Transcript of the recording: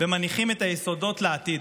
ומניחים את היסודות לעתיד.